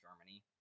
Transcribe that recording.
Germany